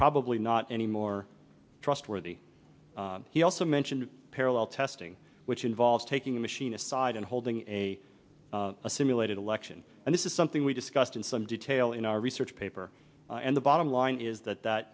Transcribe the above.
probably not any more trustworthy he also mentioned parallel testing which involves taking the machine aside and holding a simulated election and this is something we discussed in some detail in our research paper and the bottom line is that that